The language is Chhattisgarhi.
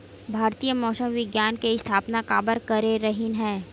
भारती मौसम विज्ञान के स्थापना काबर करे रहीन है?